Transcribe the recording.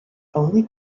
only